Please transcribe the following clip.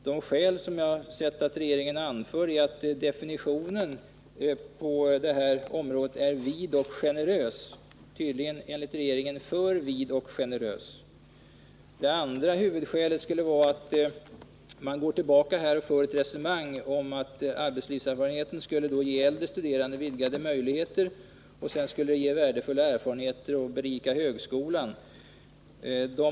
De skäl regeringen anför är att definitionen på det här området är vid och generös — tydligen enligt regeringen alltför vid och generös. Innan man går in på det andra huvudskälet går man tillbaka och refererar motiven för att arbetslivserfarenheten infördes. De motiven var att arbetslivserfarenheten skulle ge äldre studerande vidgade möjligheter och vidare ge värdefulla erfarenheter och berika högskolan.